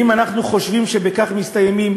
אם אנחנו חושבים שבכך מסתיימים